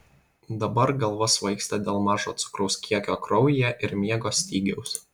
dabar galva svaigsta dėl mažo cukraus kiekio kraujyje ir miego stygiaus